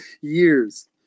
years